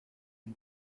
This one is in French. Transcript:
une